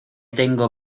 tengo